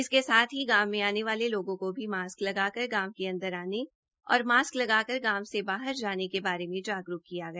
इसके साथ ही गांव में आने वाले लोगों को भी मॉस्क लगाकर गांव के अंदर आने तथा मॉस्क लगाकर गांव से बाहर जाने के बारे में जागरूक किया गया